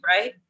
right